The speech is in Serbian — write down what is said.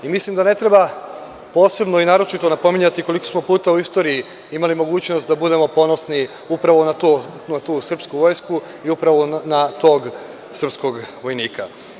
Mislim da ne treba posebno i naročito napominjati koliko smo puta u istoriji imali mogućnost da budemo ponosni upravo na tu srpsku vojsku i upravo na tog srpskog vojnika.